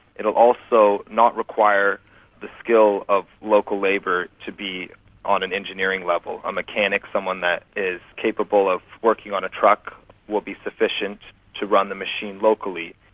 it will also not require the skill of local labour to be on and engineering level, a mechanic, someone that is capable of working on a truck will be sufficient to run the machine locally,